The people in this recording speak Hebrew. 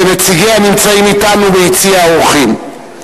שנציגיו נמצאים אתנו ביציע האורחים.